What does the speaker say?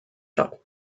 shop